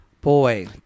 Boy